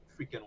freaking